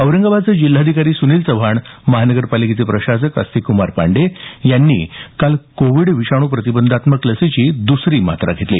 औरंगाबादचे जिल्हाधिकारी सुनील चव्हाण महानगरपालिकेचे प्रशासक अस्तिक कुमार पांडेय यांनी आज कोरोना विषाणू प्रतिबंधात्मक लसीची दसरी मात्रा घेतली